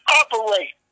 operate